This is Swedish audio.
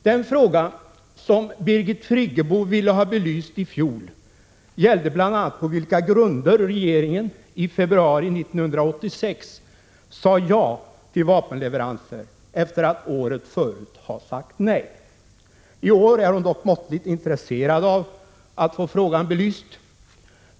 Den fråga som Birgit Friggebo ville ha belyst i fjol gällde bl.a. på vilka grunder regeringen i februari 1986 sade ja till vapenleveranser efter att året förut ha sagt nej. I år är hon dock måttligt intresserad av att få frågan belyst.